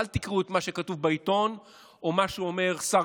אל תקראו את מה שכתוב בעיתון או מה שאומר שר